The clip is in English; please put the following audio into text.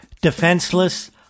defenseless